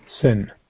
sin